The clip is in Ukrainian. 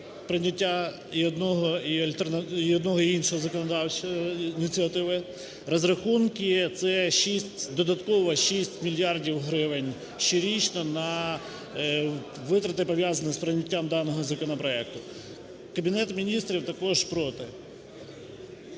прийняття і одної, і іншої законодавчої ініціативи. Розрахунки – це додатково 6 мільярдів гривень щорічно на витрати, пов'язані з прийняттям даного законопроекту. Кабінет Міністрів також проти.